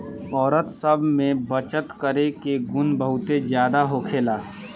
औरत सब में बचत करे के गुण बहुते ज्यादा होखेला